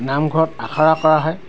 নামঘৰত আখৰা কৰা হয়